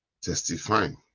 testifying